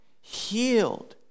healed